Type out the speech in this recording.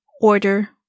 order